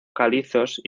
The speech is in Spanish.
calizos